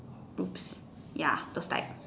ya those type